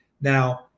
Now